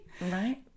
Right